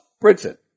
Princeton